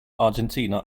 argentina